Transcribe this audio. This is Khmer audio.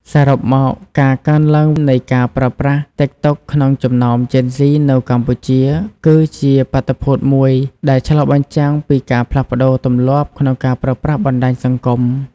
សរុបមក ការកើនឡើងនៃការប្រើប្រាស់តិកតុកក្នុងចំណោមជេនហ្ស៊ីនៅកម្ពុជា គឺជាបាតុភូតមួយដែលឆ្លុះបញ្ចាំងពីការផ្លាស់ប្ដូរទម្លាប់ក្នុងការប្រើប្រាស់បណ្ដាញសង្គម។